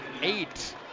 eight